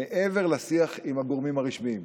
מעבר לשיח עם הגורמים הרשמיים,